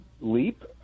leap